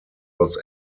los